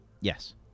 Yes